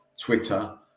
Twitter